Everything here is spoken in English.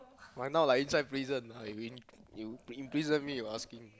!wah! now like inside prison you in you imprison me you asking